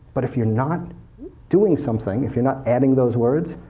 but if you're not doing something, if you're not adding those words,